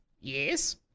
Yes